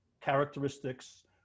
characteristics